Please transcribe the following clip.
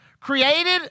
created